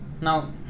Now